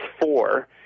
four